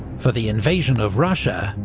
for the invasion of russia,